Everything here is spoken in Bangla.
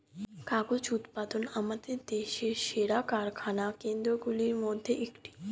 কাগজ উৎপাদন আমাদের দেশের সেরা কারখানা কেন্দ্রগুলির মধ্যে একটি